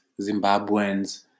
Zimbabweans